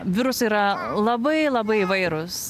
virusai yra labai labai įvairūs